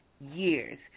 years